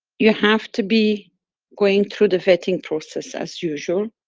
you have to be going through the vetting process as usual,